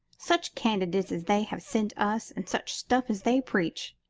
such candidates as they have sent us, and such stuff as they preach!